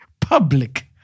public